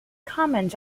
comets